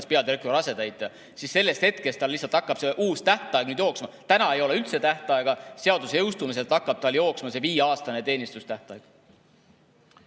peadirektori asetäitjatel, sellest hetkest lihtsalt hakkab see uus tähtaeg jooksma. Praegu ei ole üldse tähtaega, seaduse jõustumisel hakkab jooksma see viieaastane teenistustähtaeg.